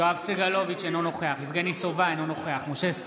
יואב סגלוביץ' אינו נוכח יבגני סובה, בעד